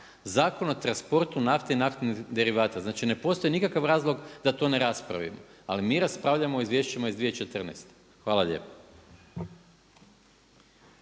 Zakon o transportu nafte i naftnih derivata. Znači ne postoji nikakav razlog da to ne raspravimo, ali mi raspravljamo o izvješćima iz 2014. Hvala lijepo.